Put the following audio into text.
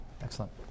Excellent